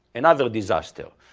another disaster.